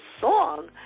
song